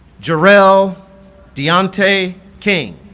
jarell deonta king